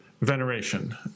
veneration